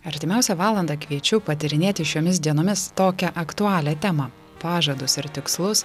artimiausią valandą kviečiu patyrinėti šiomis dienomis tokią aktualią temą pažadus ir tikslus